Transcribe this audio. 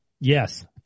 Yes